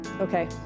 okay